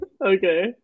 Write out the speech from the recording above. Okay